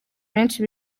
benshi